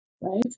right